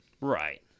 Right